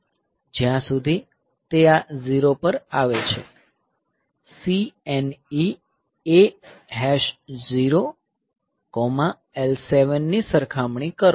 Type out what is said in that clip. જ્યાં સુધી તે આ 0 પર આવે છે CNE A0 L7 ની સરખામણી કરો